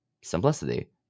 simplicity